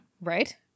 Right